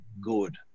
good